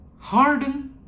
Harden